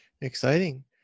exciting